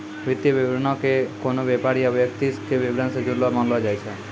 वित्तीय विवरणो के कोनो व्यापार या व्यक्ति के विबरण से जुड़लो मानलो जाय छै